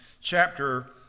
chapter